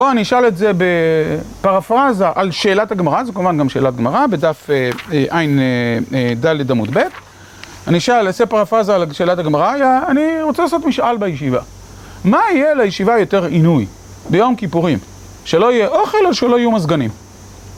בואו אני אשאל את זה בפרפרזה על שאלת הגמרה, זו כמובן גם שאלת גמרה, בדף עין דלת אמות ב', אני אשאל, נעשה פרפרזה על שאלת הגמרה, אני רוצה לעשות משאל בישיבה, מה יהיה לישיבה יותר עינוי ביום כיפורים? שלא יהיה אוכל או שלא יהיו מזגנים?